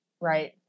Right